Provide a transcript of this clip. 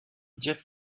jeff